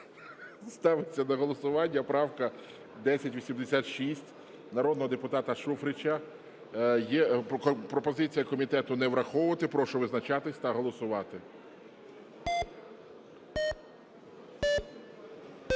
Ставиться на голосування правка 1086 народного депутата Шуфрича. Є пропозиція комітету не враховувати. Прошу визначатися та голосувати. 16:34:39